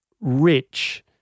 rich